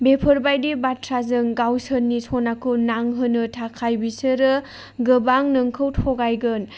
बेफोरबायदि बाथ्राजों गावसोरनि सनाखौ नांहोनो थाखाय बिसोरो गोबां नोंखौ थगायगोन